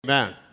Amen